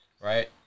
Right